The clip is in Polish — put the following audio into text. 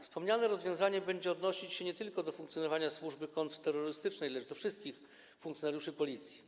Wspomniane rozwiązanie będzie odnosić się nie tylko do funkcjonowania służby kontrterrorystycznej, lecz także do wszystkich funkcjonariuszy Policji.